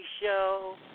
show